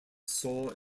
saw